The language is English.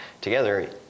together